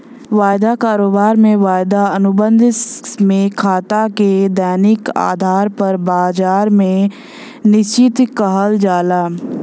वायदा कारोबार में, वायदा अनुबंध में खाता के दैनिक आधार पर बाजार में चिह्नित किहल जाला